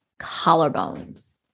collarbones